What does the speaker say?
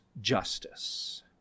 justice